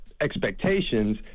expectations